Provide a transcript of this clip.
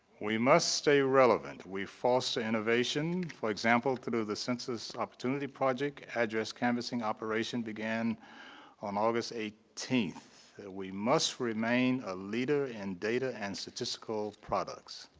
we must stay relevant. we foster innovation, for example, through the census opportunity project canvassing operation began um august eighteen. we must remain a leader in data and statistical products.